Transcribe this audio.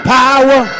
Power